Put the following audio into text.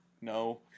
No